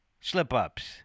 slip-ups